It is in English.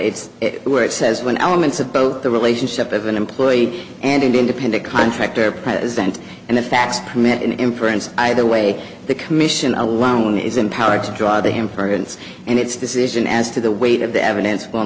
it's where it says when elements of both the relationship of an employee and independent contractor president and the facts permit an inference either way the commission alone is empowered to draw the inference and its decision as to the weight of the evidence will